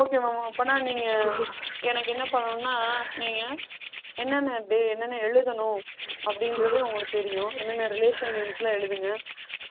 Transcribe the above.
okay ma'am அப்படினா நீங்கள் எனக்கு என்ன பண்ணணுன்னா நீங்கள் என்னென்ன டேட் என்னென்ன எழுதணும் அப்படின்றத உங்களுக்கு தெரியும் என்னென்ன ரிலேஷன்ஸ் நேம்ஸ்லாம் எழுதுங்கள்